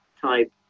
type